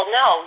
no